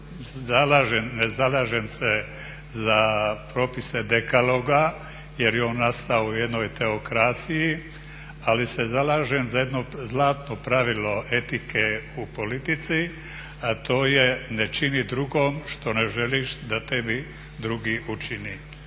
ne zalažem za propise dekaloga jer je on nastao u jednoj teokraciji ali se zalažem za jedno zlatno pravilo etike u politici a to je "Ne čini drugome što ne želiš da tebi drugi učini.".